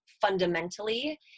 fundamentally